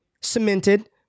cemented